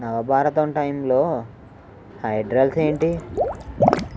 నవభారతం టైమ్లో హెడ్లైన్స్ ఏంటి